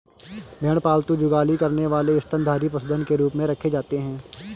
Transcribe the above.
भेड़ पालतू जुगाली करने वाले स्तनधारी पशुधन के रूप में रखे जाते हैं